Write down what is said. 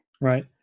Right